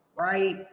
right